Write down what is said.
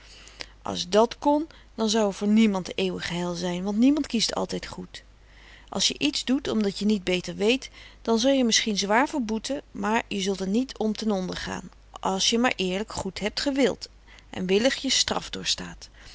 as dat kon dan zou er voor niemand eeuwig heil zijn want niemand kiest altijd goed as je iets doet omdat je niet beter weet dan zal je er misschien zwaar voor boete maar je zult er niet om ten onder gaan as je maar eerlijk goed hebt gewild en willig je straf doorstaat